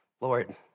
Lord